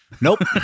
Nope